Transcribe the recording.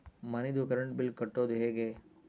ಮನಿದು current bill ಕಟ್ಟೊದು ಹೇಗೆ?